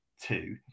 Two